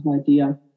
idea